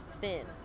thin